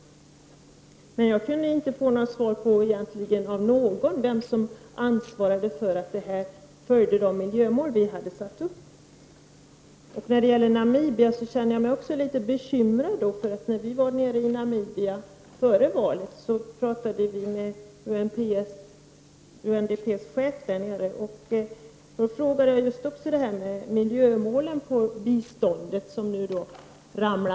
Jag kunde egentligen inte få något svar på vem som ansvarade för att man följer de miljömål som vi har satt upp. Även beträffande situationen i Namibia känner jag mig bekymrad. När vi var där nere före valet talade vi med UNDPs chef i Namibia och frågade honom om hur de uppsatta miljömålen skulle nås med hjälp av biståndet.